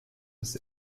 bis